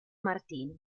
martini